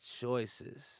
choices